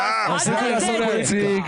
אל תעשה את זה.